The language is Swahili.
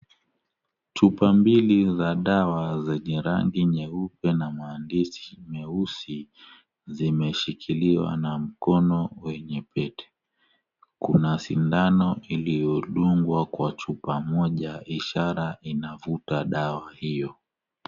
Chupa mbili za dawa zenye rangi nyeupe na maandishi meusi, zimeshikiliwa na mkono wenye pete. Kuna sindano iliyodungwa kwa chupa moja ishara inavuta dawa hiyo.